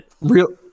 real